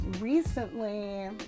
Recently